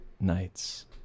nights